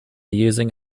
using